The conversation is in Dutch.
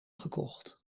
gekocht